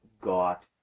got